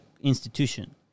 institution